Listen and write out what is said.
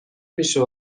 میشد